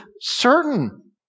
certain